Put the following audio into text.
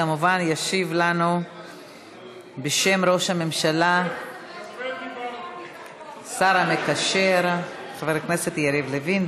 כמובן ישיב לנו בשם ראש הממשלה השר המקשר חבר הכנסת יריב לוין.